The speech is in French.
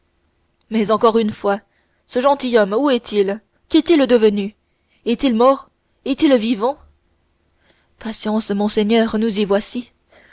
mais encore une fois ce gentilhomme où est-il qu'est-il devenu est-il mort est-il vivant patience monseigneur nous y voici